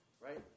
Right